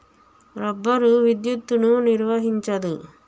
rubber విద్యుత్తును నిర్వహించదు